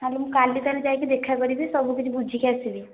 ତାହାଲେ ମୁଁ କାଲି ତାହେଲେ ଯାଇକି ଦେଖା କରିବି ସବୁ କିଛି ବୁଝିକି ଆସିବି